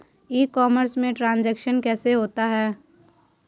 ई commerce में transaction कैसे होता है?